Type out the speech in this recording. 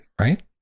right